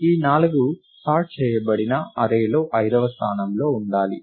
ఈ 4 సార్ట్ చేయబడిన అర్రేలోని ఐదవ స్థానంలో ఉండాలి